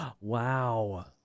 Wow